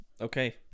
Okay